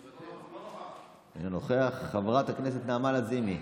אינו נוכח, חברת הכנסת נעמה לזימי,